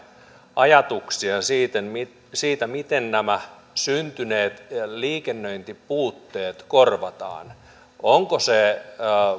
ajatuksia siitä siitä miten nämä syntyneet liikennöintipuutteet korvataan onko se